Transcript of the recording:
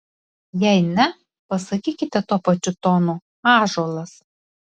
jei ne pasakykite tuo pačiu tonu ąžuolas